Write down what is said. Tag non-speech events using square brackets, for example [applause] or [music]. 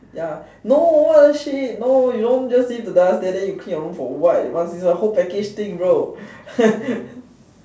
ya no what the shit no you don't just leave the dust there then you clean your room for what it must be a whole package thing bro [laughs]